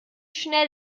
schnell